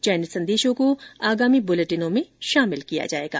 चयनित संदेशों को आगामी बुलेटिनों में शामिल किया जाएगा